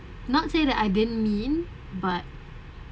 not say that I didn't mean but